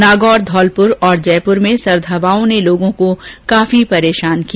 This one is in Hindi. नागौर धौलपुर और जयपुर में सर्द हवाओं ने लोगों को काफी परेशान किया